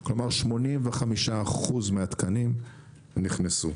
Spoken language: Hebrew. כלומר, 85% מהתקנים נכנסנו.